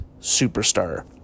superstar